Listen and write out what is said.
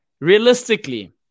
realistically